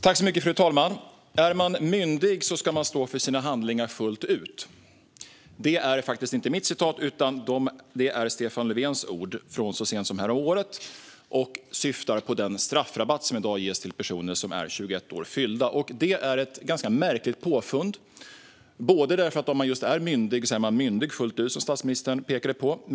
Fru talman! "Är man myndig ska man stå för sina handlingar fullt ut." Det är faktiskt inte mina utan Stefan Löfvens ord från så sent som häromåret, och de syftar på den straffrabatt som i dag ges till personer som är 21 år fyllda. Den är ett ganska märkligt påfund, för om man är myndig är man, precis som statsministern påpekade, myndig fullt ut.